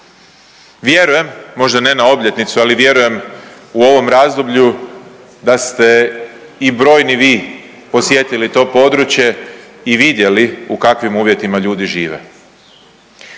Vjerujem, možda ne na obljetnicu, ali vjerujem u ovom razdoblju da ste i brojni vi posjetili to područje i vidjeli u kakvim uvjetima ljudi žive